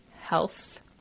health